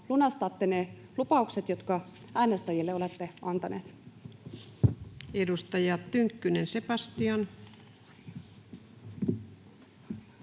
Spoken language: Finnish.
lunastatte ne lupaukset, jotka äänestäjille olette antaneet? [Speech 219] Speaker: